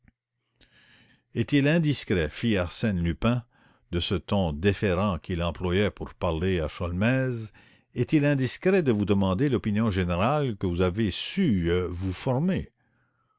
est-il indiscret fit arsène lupin de ce ton déférent qu'il employait pour parler à sholmès est-il indiscret de vous demander l'opinion générale que vous avez su vous former